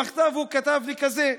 במכתב הוא כתב לי ככה: